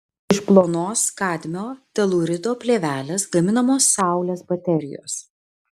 iš plonos kadmio telūrido plėvelės gaminamos saulės baterijos